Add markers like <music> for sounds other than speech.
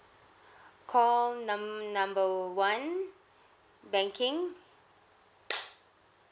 <breath> call num~ number one <breath> banking